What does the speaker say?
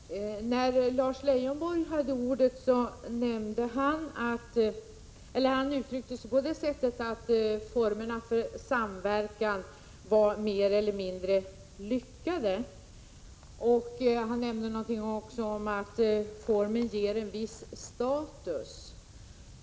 Fru talman! När Lars Leijonborg hade ordet, uttryckte han sig på det sättet att formerna för samverkan var mer eller mindre lyckade. Han nämnde också något om att formen ger en viss status.